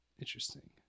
interesting